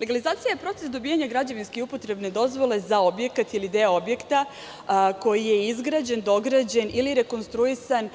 Legalizacija je proces dobijanja građevinske i upotrebne dozvole za objekat ili deo objekta koji je izgrađen, dograđen ili rekonstruisan